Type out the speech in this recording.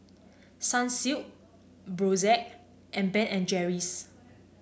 Sunsilk Brotzeit and Ben and Jerry's